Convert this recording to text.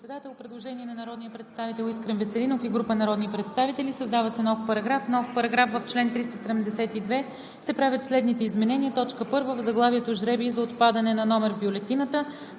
Предложение на народния представител Искрен Веселинов и група народни представители: „Създава се нов §...:„§... В чл. 372 се правят следните изменения: 1. В заглавието „Жребий за определяне на номер в бюлетината“